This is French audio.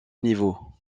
niveau